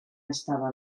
estava